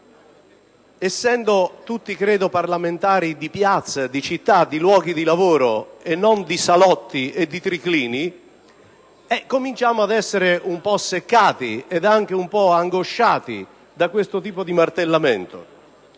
Essendo tutti noi parlamentari di piazza, di città, di luoghi di lavoro e non di salotto e di triclini, cominciamo ad essere leggermente seccati e anche angosciati da questo tipo di martellamento.